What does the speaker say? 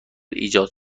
ایجاد